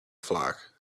flock